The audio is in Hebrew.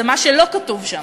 זה מה שלא כתוב שם.